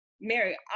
Mary